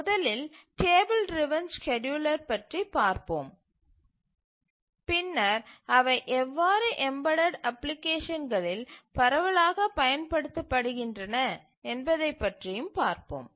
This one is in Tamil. முதலில் டேபிள் டிரவன் ஸ்கேட்யூலர் பற்றி பார்ப்போம் பின்னர் அவை எவ்வாறு எம்பெடட் அப்ளிகேஷன்களில் பரவலாகப் பயன்படுத்தப்படுகின்றன என்பதை பற்றி பார்ப்போம்